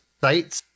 sites